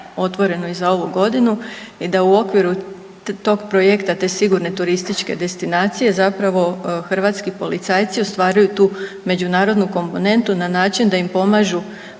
otvoreno i za ovu godinu i da u okviru tog projekta, te sigurne turističke destinacije zapravo hrvatski policajci ostvaruju tu međunarodnu komponentu na način da im pomažu